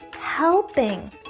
helping